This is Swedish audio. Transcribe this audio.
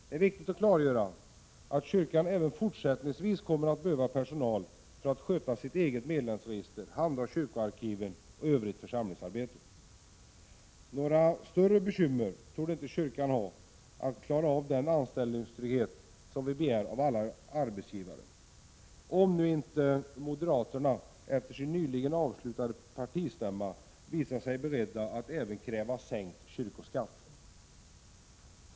Det är viktigt att klargöra att kyrkan även fortsättningsvis kommer att behöva personal för att sköta sitt eget medlemsregister, handha kyrkoarkiven och övrigt församlingsarbete. Några större bekymmer torde inte kyrkan ha att klara av den anställningstrygghet som vi begär av alla arbetsgivare —om nu inte moderaterna efter sin nyligen avslutade partistämma visar sig beredda att även kräva sänkt kyrkoskatt!